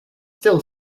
still